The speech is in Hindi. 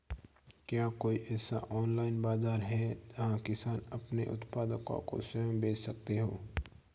क्या कोई ऐसा ऑनलाइन बाज़ार है जहाँ किसान अपने उत्पादकों को स्वयं बेच सकते हों?